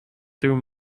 through